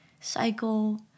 cycle